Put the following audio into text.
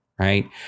right